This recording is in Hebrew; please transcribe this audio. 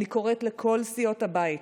אני קוראת לכל סיעות הבית: